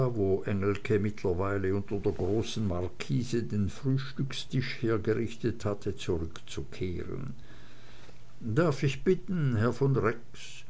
engelke mittlerweile unter der großen markise den frühstückstisch hergerichtet hatte zurückzukehren darf ich bitten herr von